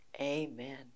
amen